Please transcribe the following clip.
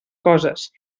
coses